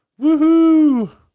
Woohoo